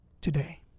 today